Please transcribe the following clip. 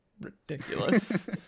ridiculous